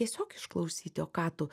tiesiog išklausyti o ką tu